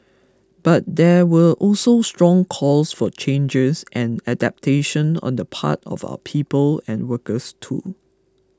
but there were also strong calls for changes and adaptation on the part of our people and workers too